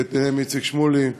ובהם איציק שמולי,